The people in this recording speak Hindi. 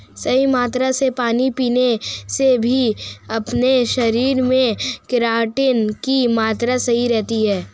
सही मात्रा में पानी पीने से भी हमारे शरीर में केराटिन की मात्रा सही रहती है